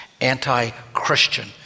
anti-Christian